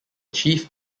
chief